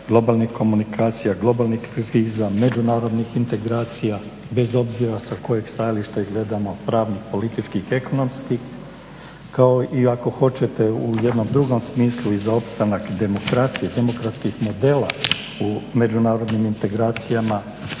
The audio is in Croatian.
globalnih komunikacija, globalnih kriza, međunarodnih integracija, bez obzira sa kojih stajališta ih gledamo pravni, politički, ekonomski kao i ako hoćete u jednom drugom smislu i za opstanak demokracije, demokracijskih modela u međunarodnim integracijama,